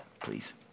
please